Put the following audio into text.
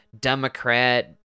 Democrat